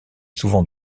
souvent